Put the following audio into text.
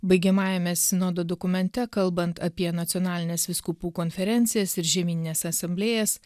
baigiamajame sinodo dokumente kalbant apie nacionalines vyskupų konferencijas ir žemynines asamblėjas